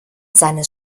seines